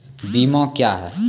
बीमा क्या हैं?